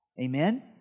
Amen